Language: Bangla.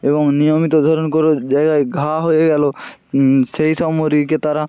এবং নিয়মিত ধরুন কোনো জায়গায় ঘা হয়ে গেলো সেই সব মুরগিকে তারা